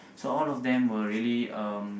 so all of them were really um